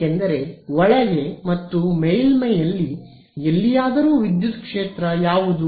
ಏಕೆಂದರೆ ಒಳಗೆ ಮತ್ತು ಮೇಲ್ಮೈಯಲ್ಲಿ ಎಲ್ಲಿಯಾದರೂ ವಿದ್ಯುತ್ ಕ್ಷೇತ್ರ ಯಾವುದು